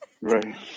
Right